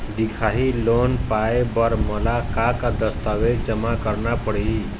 दिखाही लोन पाए बर मोला का का दस्तावेज जमा करना पड़ही?